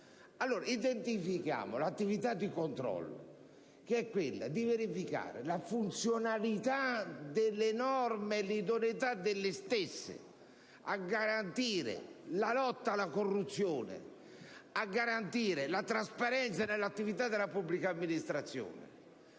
Identifichiamo l'attività di controllo, che è quella di verificare la funzionalità delle norme e l'idoneità delle stesse a garantire la lotta alla corruzione e a garantire la trasparenza nell'attività della pubblica amministrazione;